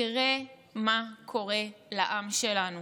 תראה מה קורה לעם שלנו,